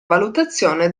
valutazione